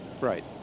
right